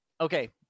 okay